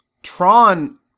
Tron